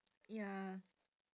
ya